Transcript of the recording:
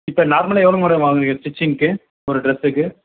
இப்போ நார்மலாக எவ்வளோ மேடம் வாங்குறீங்க ஒரு ஸ்டிச்சிங்குக்கு ஒரு ட்ரெஸ்ஸுக்கு